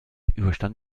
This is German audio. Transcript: überstand